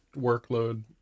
workload